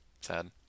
Sad